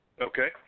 Okay